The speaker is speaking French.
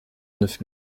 neuf